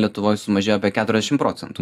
lietuvoj sumažėjo apie keturiasdešimt procentų